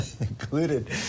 included